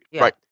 Right